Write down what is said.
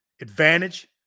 Advantage